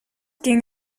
ging